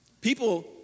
People